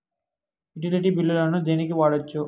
Utility బిల్లులను దేనికి వాడొచ్చు?